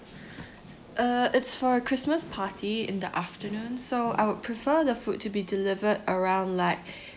uh it's for a christmas party in the afternoon so I would prefer the food to be delivered around like